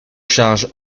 charge